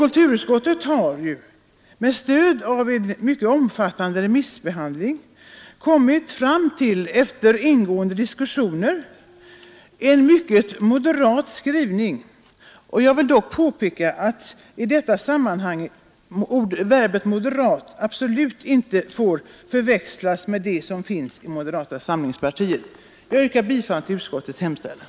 Kulturutskottet har ju med stöd av en mycket omfattande remissbehandling och efter ingående diskussioner kommit fram till en mycket moderat skrivning. Den innebörd jag här lagt in i ordet ”moderat” får absolut inte förväxlas med den mening det har i partibeteckningen moderata samlingspartiet. Jag yrkar bifall till utskottets hemställan.